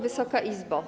Wysoka Izbo!